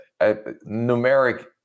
numeric